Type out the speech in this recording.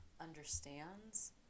understands